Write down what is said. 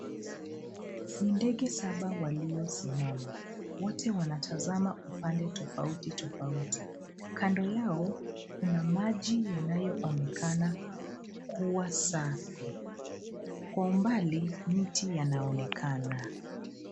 Ni ndege saba waliosimama. Wote wanataza upande tofautofauti. Kando yao kuna maji yanayoonekana kuwa safi. Kwa umbali, miti yanaonekana.